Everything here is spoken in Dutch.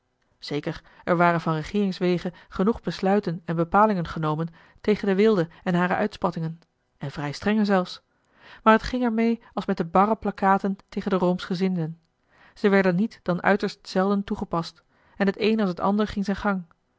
zeker er waren van regeeringswege genoeg besluiten en bepalingen genomen tegen de weelde en hare uitspattingen en vrij strenge zelfs maar het ging er meê als met de barre plakkaten tegen de roomschgezinden zij werden niet dan uiterst zelden toegepast en t een als het ander ging zijn gang